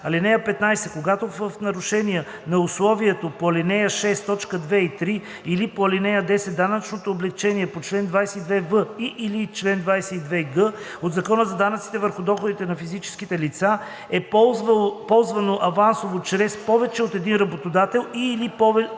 – 12. (15) Когато в нарушение на условието по ал. 6, т. 2 и 3 или по ал. 10 данъчното облекчение по чл. 22в и/или чл. 22г от Закона за данъците върху доходите на физическите лица е ползвано авансово чрез повече от един работодател и/или от повече